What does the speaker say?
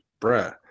bruh